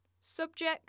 subject